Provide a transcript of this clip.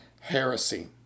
heresy